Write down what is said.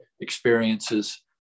experiences